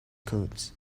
codes